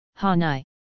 Hanai